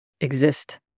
exist